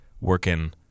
working